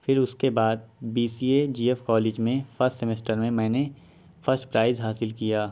پھر اس کے بعد B C A G F college میں فسٹ سیمسٹر میں میں نے فسٹ پرائز حاصل کیا